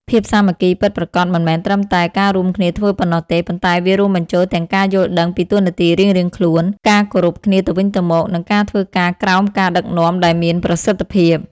ភាពសាមគ្គីពិតប្រាកដមិនមែនត្រឹមតែការរួមគ្នាធ្វើប៉ុណ្ណោះទេ ប៉ុន្តែវារួមបញ្ចូលទាំងការយល់ដឹងពីតួនាទីរៀងៗខ្លួន ការគោរពគ្នាទៅវិញទៅមក និងការធ្វើការក្រោមការដឹកនាំដែលមានប្រសិទ្ធភាព។